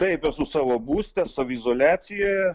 taip esu savo būste saviizoliacijoje